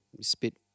spit